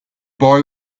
boy